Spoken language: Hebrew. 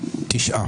הצבעה